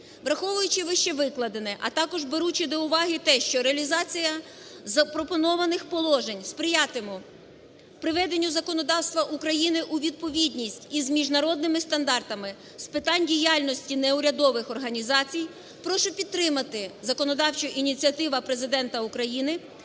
Враховуючи вище викладене, а також беручи до уваги те, що реалізація запропонованих положень сприятиме приведенню законодавства України у відповідність з міжнародними стандартами з питань діяльності неурядових організацій, прошу підтримати законодавчу ініціативу Президента України